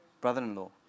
Brother-in-law